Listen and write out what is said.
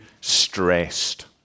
stressed